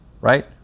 Right